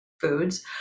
foods